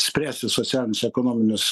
spręsti socialinius ekonominius